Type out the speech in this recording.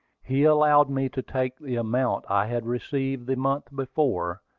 he allowed me to take the amount i had received the month before,